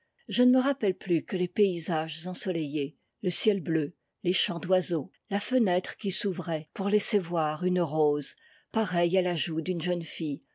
je ne me rappelle plus que les paysages ensoleillés le ciel bleu les chants d'oiseaux la fenêtre qui s'ouvrait pour laisser voir une rose pareille à la joue d'une jeune fille